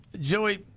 Joey